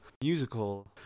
musical